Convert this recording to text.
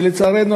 ולצערנו,